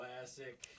Classic